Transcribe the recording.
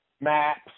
maps